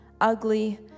ugly